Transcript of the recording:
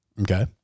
Okay